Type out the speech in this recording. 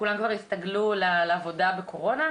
כולם הסתגלו לעבודה בקורונה,